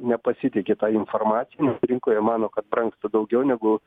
nepasitiki ta informacija nes rinkoje mano kad brangsta daugiau negu